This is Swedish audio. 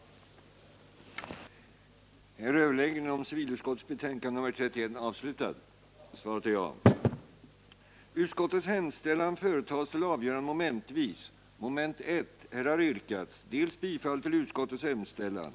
Överläggningen var härmed slutad.